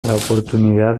oportunidad